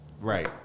right